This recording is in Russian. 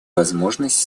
возможность